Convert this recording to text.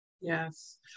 yes